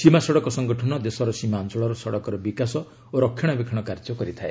ସୀମା ସଡ଼କ ସଂଗଠନ ଦେଶର ସୀମା ଅଞ୍ଚଳର ସଡ଼କର ବିକାଶ ଓ ରକ୍ଷଣବେକ୍ଷଣ କାର୍ଯ୍ୟ କରିଥାଏ